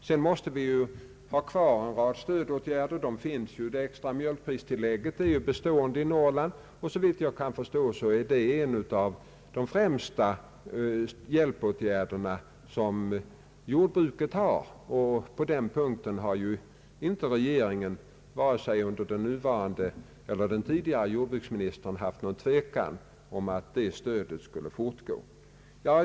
Sedan måste vi ha kvar en rad stödåtgärder, exempelvis det extra mjölkpristillägget, vilket ju är bestående i Norrland och såvitt jag kan förstå är en av de främsta hjälpåtgärderna inom jordbruket. Regeringen har inte heller — vare sig under den nuvarande eller den tidigare jordbruksministern — tvekat om att detta stöd skall fortsätta.